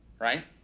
right